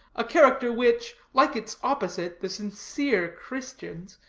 a character which, like its opposite, the sincere christian's,